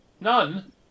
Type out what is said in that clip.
None